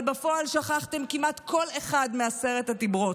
אבל בפועל שכחתם כמעט כל אחד מעשרת הדיברות.